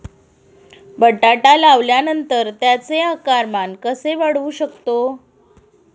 बटाटा लावल्यानंतर त्याचे आकारमान कसे वाढवू शकतो?